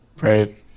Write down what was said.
Right